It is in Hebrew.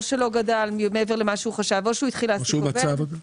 שלו גדל מעבר למה שהוא חשב או שהוא התחיל להעסיק עובד,